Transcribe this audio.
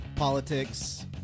Politics